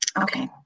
okay